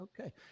Okay